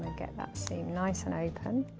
get that seam nice and open.